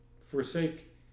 Forsake